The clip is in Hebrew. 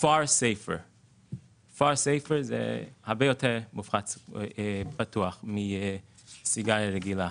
הרבה יותר בטוחה מסיגריה רגילה.